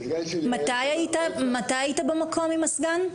הסגן שלי --- מתי היית במקום עם הסגן?